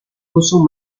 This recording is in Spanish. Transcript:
uso